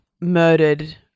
murdered